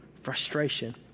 frustration